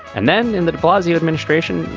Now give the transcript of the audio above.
and then in the de blasio administration,